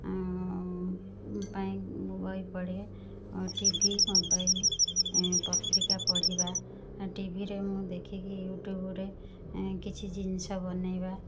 ମୁଁ ବହି ପଢ଼େ ଟି ଭି ମୋବାଇଲ ପତ୍ରିକା ପଢ଼ିବା ଟିଭିରୁ ମୁଁ ଦେଖିକି ୟୁଟୁବରେ କିଛି ଜିନିଷ ବନେଇବା